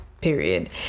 period